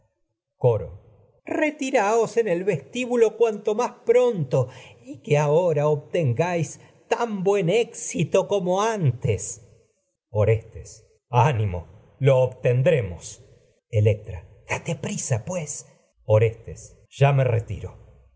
coro retiraos en el vestíbulo cuanto más pronto y que ahora obtengáis tan buen éxito como antes orestes animo lo obtendremos electra date prisa pues orestes ya electra coro lo me retiro